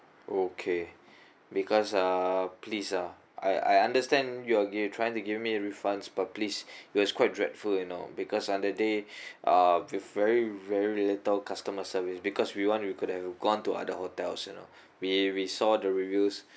okay because uh please ah I I understand you're give trying to give me a refund but please it was quite dreadful you know because uh that day uh with very very little customer service because we want we could have gone to other hotels you know we we saw the reviews